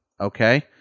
Okay